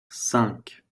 cinq